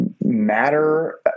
matter